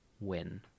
win